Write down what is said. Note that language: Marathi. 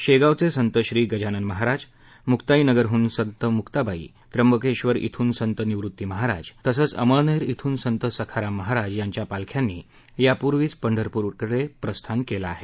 शेगावचे संत श्री गजानन महाराज मुक्ताईनगरहन संत मुक्ताबाई त्र्यंबकेश्वर ध्रून संत निवृत्ती महाराज तसंच अमळनेर ध्रून संत सखाराम महाराज यांच्या पालख्यांनी यापूर्वीच पंढरपूरकडे प्रस्थान केलं आहे